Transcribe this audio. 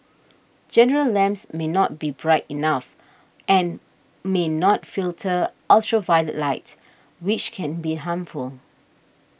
general lamps may not be bright enough and may not filter ultraviolet light which can be harmful